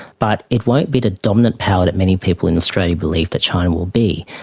but it won't be the dominant power that many people in australia believe that china will be.